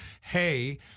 Hey